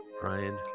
Brian